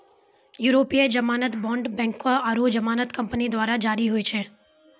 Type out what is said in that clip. यूरोपीय जमानत बांड बैंको आरु जमानत कंपनी द्वारा जारी होय छै